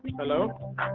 Hello